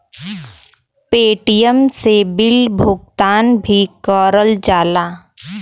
Paytm से bill भुगतान भी करल जाला